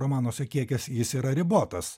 romanuose kiekis jis yra ribotas